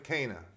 Cana